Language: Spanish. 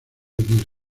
venir